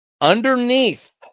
Underneath